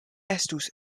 estus